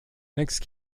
next